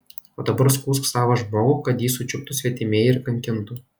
o dabar skųsk savą žmogų kad jį sučiuptų svetimieji ir kankintų